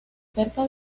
cerca